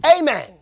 Amen